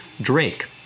Drake